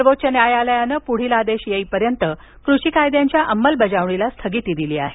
सर्वोच्च न्यायालयानं पुढील आदेश येईपर्यंत कृषी कायद्यांच्या अंमल बजावणीला स्थगिती दिली आहे